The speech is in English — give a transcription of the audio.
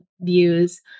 views